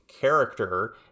character